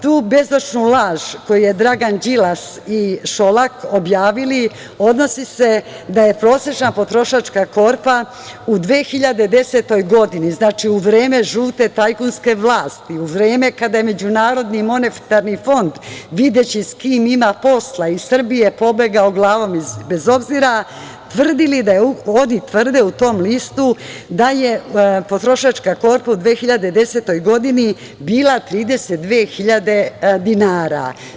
Tu bezočnu laž koju su Dragan Đilas i Šolak objavili odnosi se da je prosečna potrošačka korpa u 2010. godini, znači u vreme žute najkunske vlasti, u vreme kada je MMF videći s ima posla iz Srbije pobegao glavom bez obzira, oni tvrde u tom listu da je potrošačka korpa u 2010. godini bila 32.000 dinara.